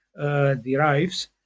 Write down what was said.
derives